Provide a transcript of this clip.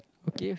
okay